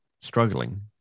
struggling